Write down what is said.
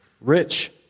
Rich